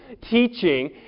teaching